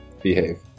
Behave